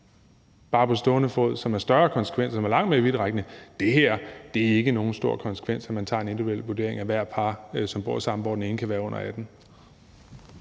bare på stående fod, som er større konsekvenser og langt mere vidtrækkende. Det her er ikke nogen stor konsekvens, altså at man foretager en individuel vurdering af hvert par, som bor sammen, og hvor den ene kan være under 18